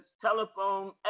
telephone